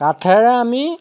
কাঠেৰে আমি